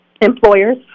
employers